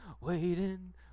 waiting